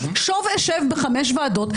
שוב אשב בחמש ועדות.